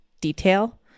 detail